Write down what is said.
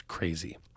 crazy